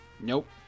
Nope